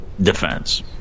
defense